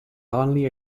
only